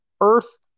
Earth